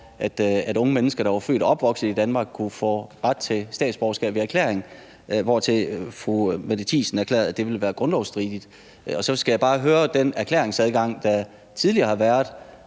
at unge mennesker, der er født og opvokset i Danmark, kunne få ret til statsborgerskab ved erklæring, hvortil fru Mette Thiesen erklærede, at det ville være grundlovsstridigt. Så skal jeg bare høre i forhold til den erklæringsadgang, der tidligere har været